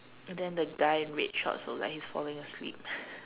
and then the guy in red shorts look like he's falling asleep